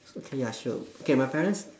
okay ya sure okay my parents